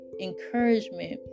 encouragement